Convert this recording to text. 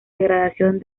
degradación